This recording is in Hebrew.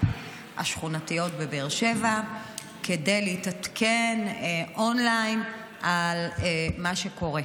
השכונתיות בבאר שבע כדי להתעדכן און-ליין על מה שקורה.